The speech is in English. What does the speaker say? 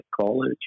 college